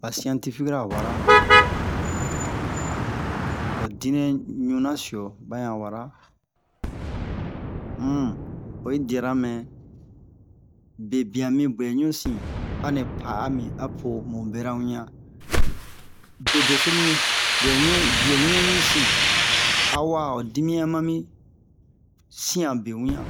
ba scientifique ra wara ho dinɛ ɲunasio bayan wara um oyi diara mɛ bebian mi bwɛ ɲusin anɛ pa'ami apo mu bera wian bedeso mi bwɛ wian bio ɲusin awa'o dimiyan mami sianbe wian